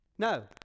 No